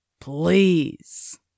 Please